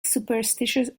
superstitious